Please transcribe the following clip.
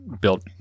built